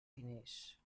diners